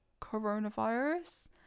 coronavirus